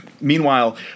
Meanwhile